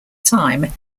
time